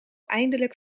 eindelijk